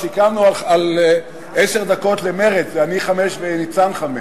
סיכמנו על עשר דקות למרצ, אני חמש וניצן חמש.